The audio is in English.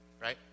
right